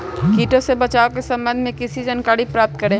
किटो से बचाव के सम्वन्ध में किसी जानकारी प्राप्त करें?